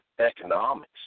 economics